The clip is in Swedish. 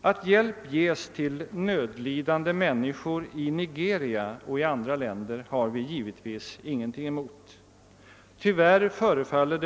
Att hjälp ges till nödlidande människor i Nigeria och i andra länder har vi givetvis ingenting emot. Tyvärr förefaller